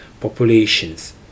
populations